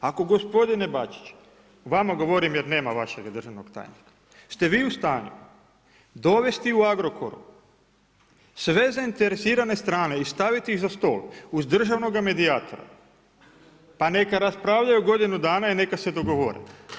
Ako gospodine Bačiću, vama govorim jer nema vašeg državnog tajnika, ste vi u stanju dovesti u Agrokor sve zainteresirane strane i staviti ih za stol uz državnoga medijatora pa neka raspravljaju godinu dana i neka se dogovore.